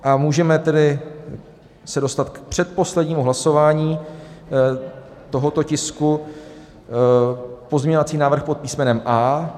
A můžeme se dostat k předposlednímu hlasování tohoto tisku, pozměňovací návrh pod písmenem A.